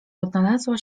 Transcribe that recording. odnalazła